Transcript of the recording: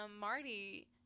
Marty